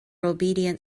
obedient